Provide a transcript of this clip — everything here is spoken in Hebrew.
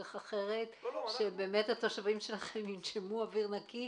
דרך אחרת, שהתושבים שלכם ינשמו אוויר נקי,